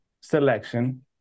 selection